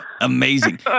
amazing